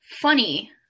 funny